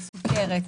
סוכרת,